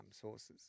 sources